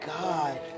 God